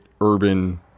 urban